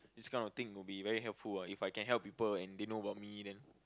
this kind of thing will be very helpful ah If I can help people and they know about me then